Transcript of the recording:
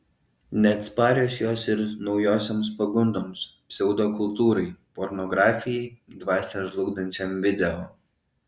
neatsparios jos ir naujosioms pagundoms pseudokultūrai pornografijai dvasią žlugdančiam video